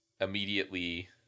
immediately